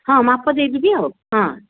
ହଁ ମାପ ଦେଇଦେବି ଆଉ ହଁ